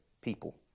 people